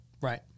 right